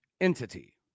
entity